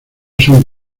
son